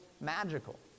magical